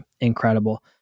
incredible